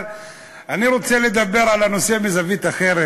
אבל אני רוצה לדבר על הנושא מזווית אחרת.